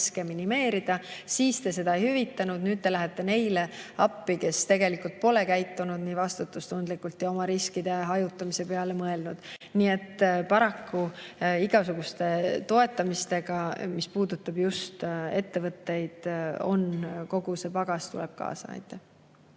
ja seda me ei hüvitanud. Nüüd aga läheme appi neile, kes tegelikult pole käitunud vastutustundlikult ja oma riskide hajutamise peale mõelnud. Nii et paraku igasuguste toetamistega – see puudutab just ettevõtteid – kogu see pagas tuleb kaasa.